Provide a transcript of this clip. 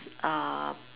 um